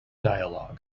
dialogue